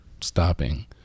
stopping